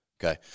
Okay